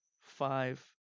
five